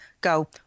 go